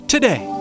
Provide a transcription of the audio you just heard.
Today